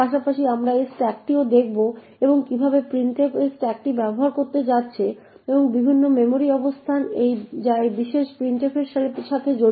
পাশাপাশি আমরা এই স্ট্যাকটিও দেখব এবং কিভাবে printf এই স্ট্যাকটি ব্যবহার করতে যাচ্ছে এবং বিভিন্ন মেমরি অবস্থান যা এই বিশেষ printf এর সাথে জড়িত